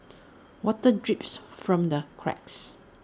water drips from the cracks